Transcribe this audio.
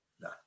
No